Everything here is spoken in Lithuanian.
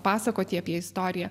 pasakoti apie istoriją